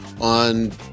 on